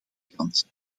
kant